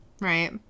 Right